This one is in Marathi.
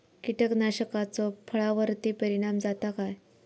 कीटकनाशकाचो फळावर्ती परिणाम जाता काय?